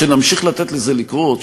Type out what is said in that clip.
שנמשיך לתת לזה לקרות?